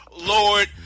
Lord